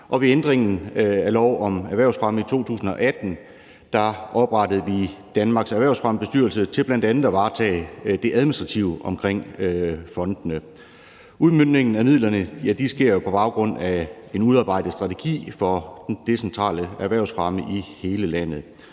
ved ændringen af lov om erhvervsfremme i 2018 oprettede vi Danmarks Erhvervsfremmebestyrelse til bl.a. at varetage det administrative omkring fondene. Udmøntningen af midlerne sker på baggrund af en udarbejdet strategi for den decentrale erhvervsfremme i hele landet.